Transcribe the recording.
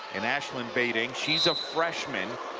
and ashlyn badding, she's a freshman.